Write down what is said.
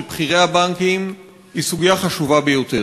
בכירי הבנקים היא סוגיה חשובה ביותר.